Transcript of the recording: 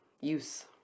use